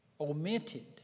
omitted